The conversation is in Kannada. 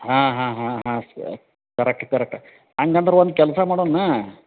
ಹಾಂ ಹಾಂ ಹಾಂ ಹಾಂ ಸ ಕರೆಕ್ಟ್ ಕರೆಕ್ಟ್ ಹಂಗಂದ್ರ್ ಒಂದು ಕೆಲಸ ಮಾಡೋಣ